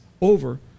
over